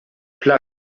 plug